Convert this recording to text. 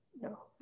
No